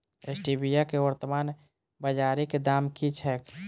Stevia केँ वर्तमान बाजारीक दाम की छैक?